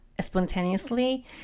spontaneously